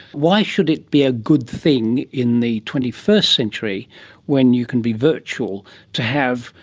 why should it be a good thing in the twenty first century when you can be virtual to have,